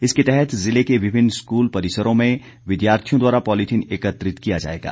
इसके तहत जिले के विभिन्न स्कूल परिसरों में विद्यार्थियों द्वारा पॉलिथीन एकत्रित किया जाएगा